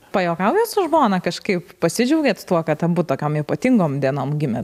pajuokaujat su žmona kažkaip pasidžiaugiat tuo kad abu tokiom ypatingom dienom gimėt